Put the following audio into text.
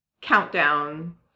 Countdown